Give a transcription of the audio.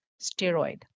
steroid